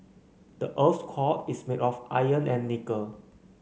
the earth's core is made of iron and nickel